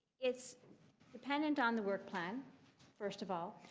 it's depend and on the work plan first of all.